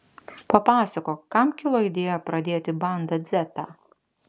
papasakok kam kilo idėja pradėti banda dzetą